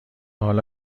حالا